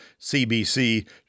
CBC